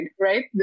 right